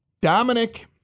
Dominic